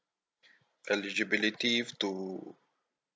eligibility to